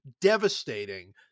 devastating